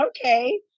Okay